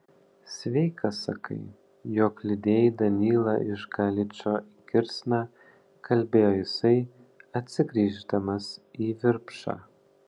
sveikas sakai jog lydėjai danylą iš galičo į kirsną kalbėjo jisai atsigrįždamas į virpšą